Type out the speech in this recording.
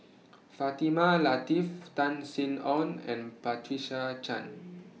Fatimah Lateef Tan Sin Aun and Patricia Chan